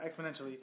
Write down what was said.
exponentially